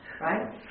right